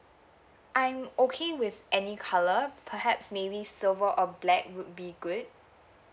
I'm okay with any colour perhaps maybe silver or black would be good